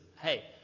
Hey